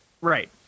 right